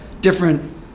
different